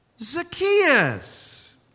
Zacchaeus